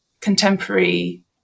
contemporary